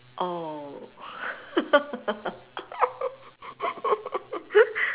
oh